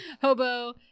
Hobo